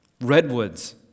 Redwoods